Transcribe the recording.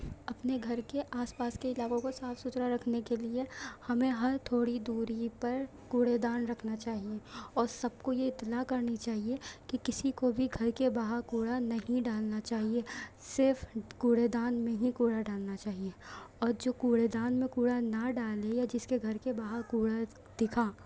اپنے گھر کے آس پاس کے علاقوں کو صاف ستھرا رکھنے کے لیے ہمیں ہر تھوڑی دوری پر کوڑے دان رکھنا چاہیے اور سب کو یہ اطلاع کرنی چاہیے کہ کِسی کو بھی گھر کے باہر کوڑا نہیں ڈالنا چاہیے صرف کوڑے دان میں ہی کوڑا ڈالنا چاہیے اور جو کوڑے دان میں کوڑا نہ ڈالے یا جِس کے گھر کے باہر کوڑا دِکھا